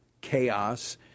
chaos